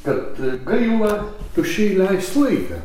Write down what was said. kad gaila tuščiai leist laiką